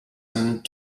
and